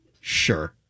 Sure